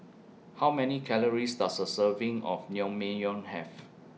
How Many Calories Does A Serving of Naengmyeon Have